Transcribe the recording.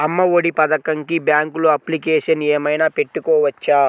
అమ్మ ఒడి పథకంకి బ్యాంకులో అప్లికేషన్ ఏమైనా పెట్టుకోవచ్చా?